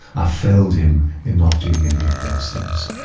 i failed him in not doing any of those things.